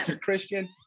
Christian